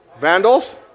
Vandals